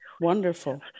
Wonderful